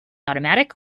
automatic